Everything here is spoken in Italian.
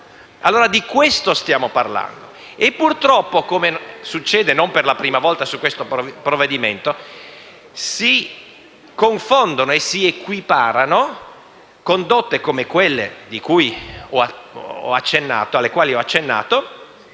Di questo stiamo parlando e, purtroppo, come succede e non per la prima volta su questo provvedimento, si confondono e si equiparano condotte, come quelle alle quali ho accennato,